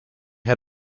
had